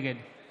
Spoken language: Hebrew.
נגד